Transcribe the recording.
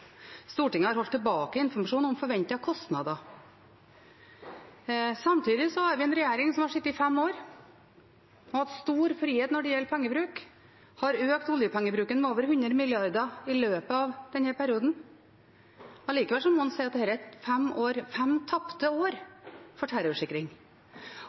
Stortinget om utsettelse av frister. Regjeringen har holdt tilbake informasjon om forventede kostnader. Samtidig har vi en regjering som har sittet i fem år, som har hatt stor frihet når det gjelder pengebruk, som har økt oljepengebruken med over 100 mrd. kr i løpet av denne perioden. Allikevel må en si at dette er fem tapte år for terrorsikring.